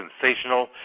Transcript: sensational